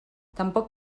tampoc